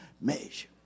measure